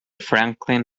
franklin